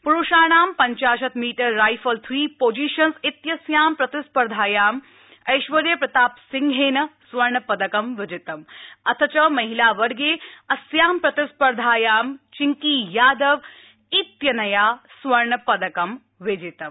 पुरूषाणां पंचाशत् metre rifle three positions व्यिस्यां प्रतिस्पर्धायां ऐश्वर्य प्रताप सिंहेन स्वर्णपदकं विजितं अध च महिलाबगे अस्या प्रतिस्पर्धाया चिकी यादव त्यनया स्वर्ण पदक विजितम्